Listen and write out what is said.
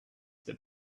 the